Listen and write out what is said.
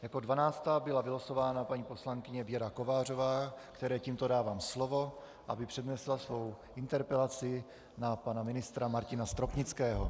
Jako dvanáctá byla vylosována paní poslankyně Věra Kovářová, které tímto dávám slovo, aby přednesla svou interpelaci na pana ministra Martina Stropnického.